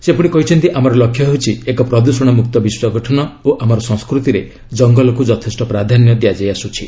ସେ କହିଛନ୍ତି ଆମର ଲକ୍ଷ୍ୟ ହେଉଛି ଏକ ପ୍ରଦୃଷଣମୁକ୍ତ ବିଶ୍ୱ ଗଠନ ଓ ଆମର ସଂସ୍କୃତିରେ ଜଙ୍ଗଲକୁ ଯଥେଷ୍ଟ ପ୍ରାଧାନ୍ୟ ଦିଆଯାଇ ଆସୁଛି